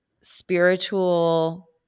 spiritual